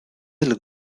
del